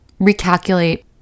recalculate